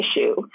issue